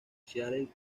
seattle